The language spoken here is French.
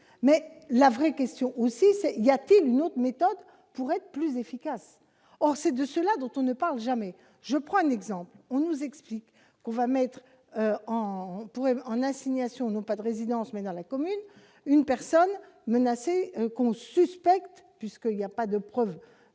mais la vraie question aussi c'est il y a-t-il une autre méthode pour être plus efficace, or c'est de cela dont on ne parle jamais, je prends un exemple : on nous explique qu'on va mettre en pourrait en assignation n'ont pas de résidence, mais dans la commune, une personne menacée qu'on suspecte puisque il y a pas de preuves